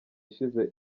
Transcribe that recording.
ishize